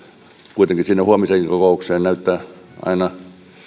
kuitenkin sinne huomiseenkin kokoukseen näyttää aina